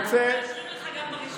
אנחנו מאשרים לך גם בראשונה.